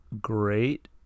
great